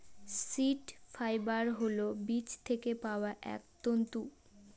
seed fibre হল বীজ থেকে পাওয়া এক তন্তু